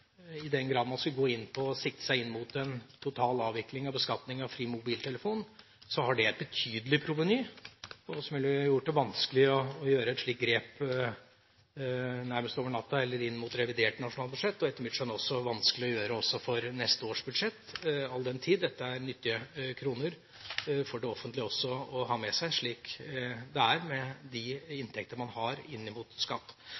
i den grad man skal sikte seg inn mot en total avvikling av beskatning av fri mobiltelefon, har det et betydelig proveny, noe som ville gjort det vanskelig å gjøre et slikt grep nærmest over natten eller i revidert nasjonalbudsjett. Det er etter mitt skjønn også vanskelig å gjøre det for neste års budsjett, all den tid dette er nyttige kroner for det offentlige å ha med seg, slik det er med de inntekter man har når det gjelder skatt.